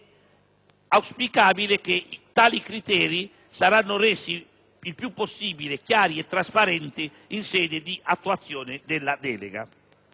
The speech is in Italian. auspicabile che tali criteri siano resi il più possibile chiari e trasparenti in sede di attuazione della delega.